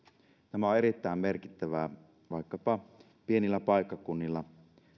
tämä on erittäin merkittävää vaikkapa pienillä paikkakunnilla